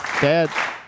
dad